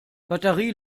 batterie